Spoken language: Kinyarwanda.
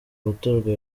gutorwa